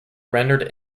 rendered